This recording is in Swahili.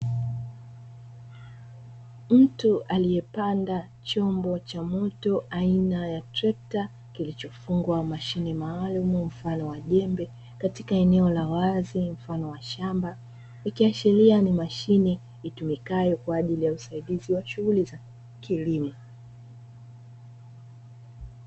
Mtu aliyepanda chombo cha moto aina ya trekta, kilichofungwa mashine maalumu mfano wa jembe, katika eneo la wazi mfano wa shamba, ikiashiria ni mashine itumikayo kwa ajili ya usaidizi wa shughuli za kilimo.